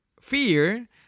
fear